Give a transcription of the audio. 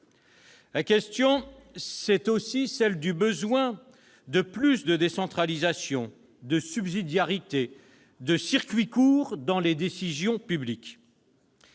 La question, c'est aussi celle du besoin de plus de décentralisation, de subsidiarité, de circuits courts dans les décisions publiques.